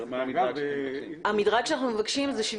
המדרג שהוא מבקשים הוא 75,